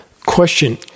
Question